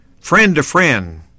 friend-to-friend